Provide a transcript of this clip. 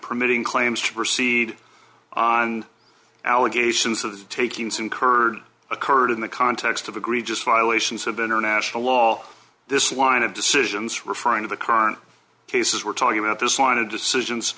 permitting claims to proceed on allegations of the takings incurred occurred in the context of the greek just violations of international law this one of the decisions referring to the current cases we're talking about this line of decisions